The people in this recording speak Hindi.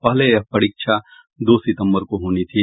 पहले यह परीक्षा दो सितंबर को होनी थी